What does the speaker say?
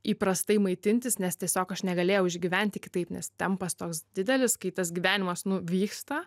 įprastai maitintis nes tiesiog aš negalėjau išgyventi kitaip nes tempas toks didelis kai tas gyvenimas nu vyksta